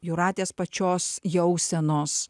jūratės pačios jausenos